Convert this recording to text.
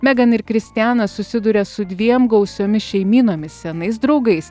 megan ir kristijanas susiduria su dviem gausiomis šeimynomis senais draugais